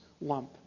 lump